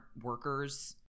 workers